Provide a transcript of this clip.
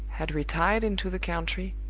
had retired into the country,